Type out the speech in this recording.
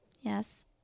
Yes